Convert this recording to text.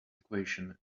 equation